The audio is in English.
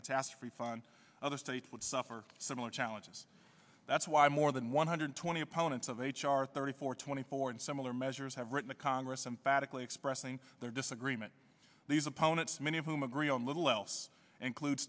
catastrophe fund other states would suffer similar challenges that's why more than one hundred twenty opponents of h r thirty four twenty four and similar measures have written to congress emphatically expressing their disagreement these opponents many of whom agree on little else include